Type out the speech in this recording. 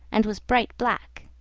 and was bright black.